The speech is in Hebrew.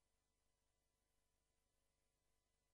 70%